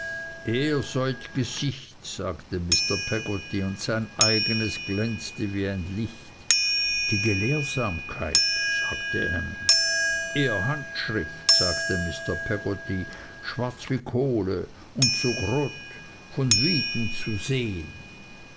soit gesicht sagte mr peggotty und sein eignes glänzte wie ein licht die gelehrsamkeit sagte ham ehr handschrift sagte mr peggotty schwarz wie kohle un so grot von witem to sehen